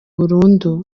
burundu